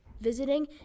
visiting